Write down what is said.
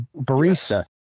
barista